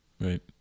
right